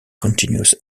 continuous